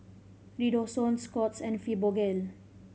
Redoxon Scott's and Fibogel